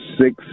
six